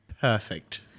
Perfect